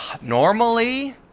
Normally